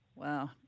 Wow